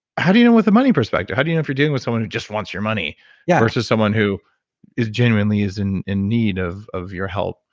how do you know with the money perspective? how do you know if you're dealing with someone who just wants your money yeah versus someone who genuinely is in in need of of your help,